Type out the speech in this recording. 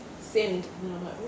send